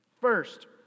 First